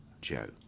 Joe